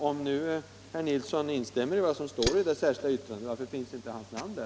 Om nu herr Nilsson i Kalmar instämmer i vad som står i det särskilda yttrandet, varför finns då inte hans namn där?